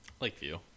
Lakeview